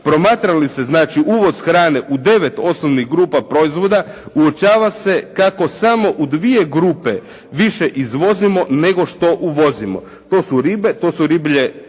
Promatra li se znači uvoz hrane u devet osnovnih grupa proizvoda, uočava se kako samo u dvije grupe više izvozimo nego što uvozimo. To su ribe, to su riblje